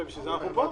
בשביל זה אנחנו פה.